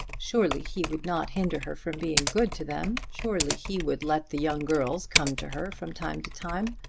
surely he would not hinder her from being good to them surely he would let the young girls come to her from time to time!